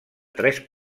tres